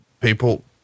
people